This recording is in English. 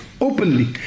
openly